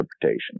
interpretation